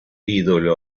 ídolo